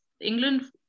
England